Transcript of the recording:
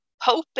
hoping